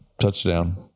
touchdown